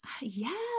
yes